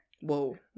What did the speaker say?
Whoa